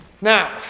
Now